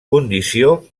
condició